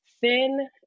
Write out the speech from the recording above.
thin